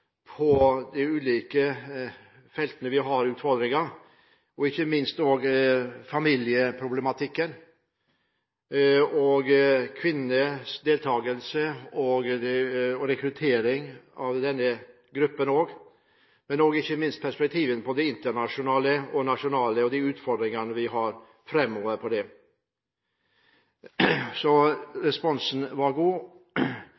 på de ulike feltene der vi har utfordringer, ikke minst familieproblematikken og kvinners deltakelse og også når det gjelder rekruttering av denne gruppen. Det gjelder også perspektivet på det internasjonale og det nasjonale og de utfordringene vi har framover når det